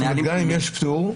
גם אם יש פטור,